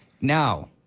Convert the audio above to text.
Now